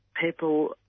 people